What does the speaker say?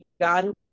God